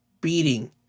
beating